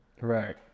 Right